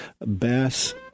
Bass